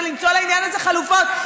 ולמצוא לעניין הזה חלופות.